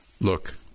Look